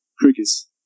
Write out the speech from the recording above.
Crickets